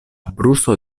brusto